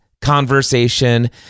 conversation